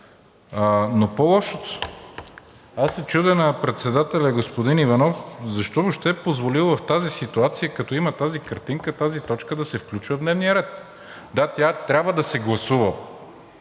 обаче е – аз се чудя на председателя господин Иванов, защо въобще е позволил в тази ситуация, като има тази картинка, тази точка да се включва в дневния ред? Да, тя трябва да се гласува